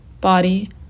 body